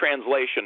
Translation